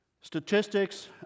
statistics